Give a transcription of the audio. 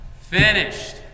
finished